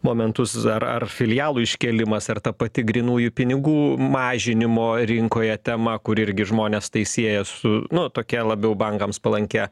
momentus ar ar filialų iškėlimas ar ta pati grynųjų pinigų mažinimo rinkoje tema kur irgi žmonės tai sieja su nu tokia labiau bankams palankia